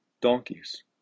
donkeys